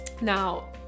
now